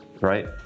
right